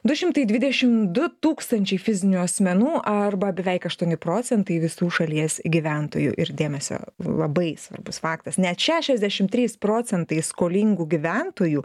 du šimtai dvidešimt du tūkstančiai fizinių asmenų arba beveik aštuoni procentai visų šalies gyventojų ir dėmesio labai svarbus faktas net šešiasdešimt trys procentai skolingų gyventojų